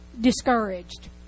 discouraged